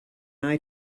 eye